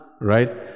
right